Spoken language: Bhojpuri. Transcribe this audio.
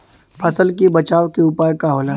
फसल के बचाव के उपाय का होला?